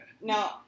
No